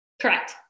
Correct